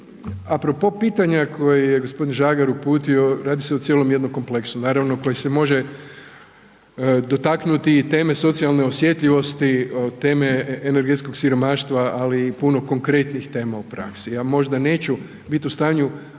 Apropo pitanja koje je gospodin Žagar uputio, radi se o cijelom jednom kompleksu naravno koje se može dotaknuti i teme socijalne osjetljivosti od teme energetskog siromaštva, ali i puno konkretnijih tema u praksi. Ja možda neću biti u stanju